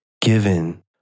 given